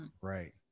Right